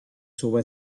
suba